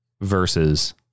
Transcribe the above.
versus